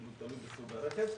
תלוי בסוג הרכב.